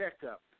checkup